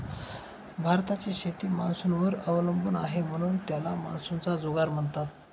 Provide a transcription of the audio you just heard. भारताची शेती मान्सूनवर अवलंबून आहे, म्हणून त्याला मान्सूनचा जुगार म्हणतात